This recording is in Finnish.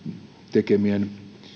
tekemien